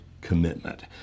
commitment